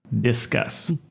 discuss